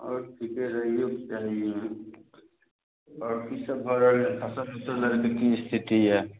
आओर ठीके हय आओर की सब भऽ रहल छै फसल सबके की स्थिति यऽ